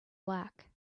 black